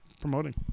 Promoting